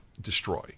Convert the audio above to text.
destroy